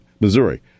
Missouri